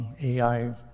AI